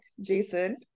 Jason